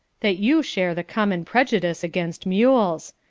that you share the common prejudice against mules.